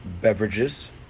beverages